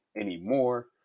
anymore